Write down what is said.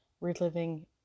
reliving